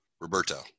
Roberto